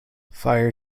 fire